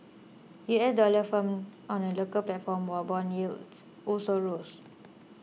U S dollar firmed on the local platform while bond yields also rose